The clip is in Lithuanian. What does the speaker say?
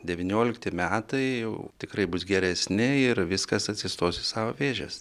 devyniolikti metai jau tikrai bus geresni ir viskas atsistos į savo vėžes